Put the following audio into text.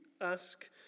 ask